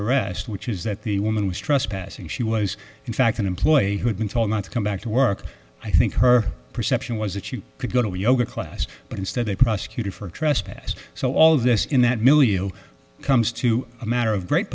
arrest which is that the woman was trespassing she was in fact an employee who had been told not to come back to work i think her perception was that you could go to a yoga class but instead they prosecuted for trespass so all of this in that million comes to a matter of great